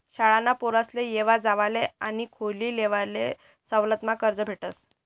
शाळाना पोरेसले येवा जावाले आणि खोली लेवाले सवलतमा कर्ज भेटस